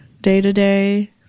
day-to-day